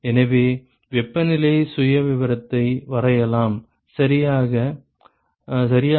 எனவே வெப்பநிலை சுயவிவரத்தை வரையலாம் சரியா